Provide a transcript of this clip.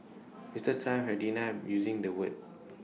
Mister Trump has denied using the word